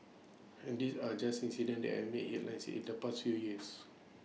and these are just incidents and made headlines in the past few years